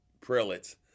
prelates